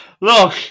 Look